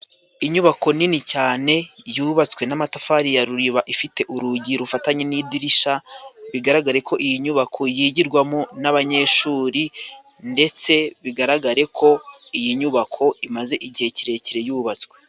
Inyubako nini cyane yubatswe n'amatafari ya ruriba ifite urugi rufatanye n'idirisha, bigaragare ko iyi nyubako yigirwamo n'abanyeshuri ndetse bigaragare ko iyi nyubako imaze igihe kirekire yubatswe.